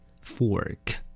Fork